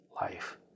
life